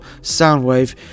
Soundwave